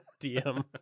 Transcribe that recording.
DM